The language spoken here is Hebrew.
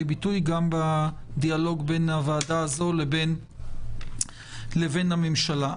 ביטוי גם בדיאלוג בין הוועדה הזאת לבין הממשלה.